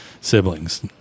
siblings